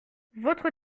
votre